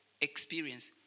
experience